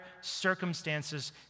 circumstances